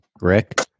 Rick